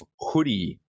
hoodie